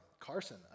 Carson